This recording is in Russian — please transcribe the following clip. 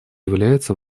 является